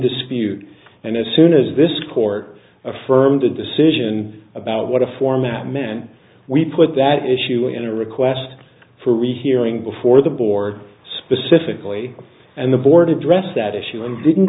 dispute and as soon as this court affirmed the decision about what the format men we put that issue in a request for a hearing before the board specifically and the board addressed that issue and didn't